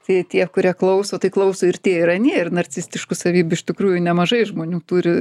tai tie kurie klauso tai klauso ir tie ir anie ir narcistiškų savybių iš tikrųjų nemažai žmonių turi